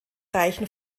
reichen